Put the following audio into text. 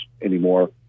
anymore